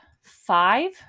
five